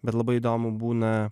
bet labai įdomu būna